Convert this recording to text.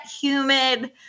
humid